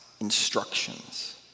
instructions